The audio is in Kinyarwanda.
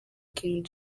king